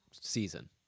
season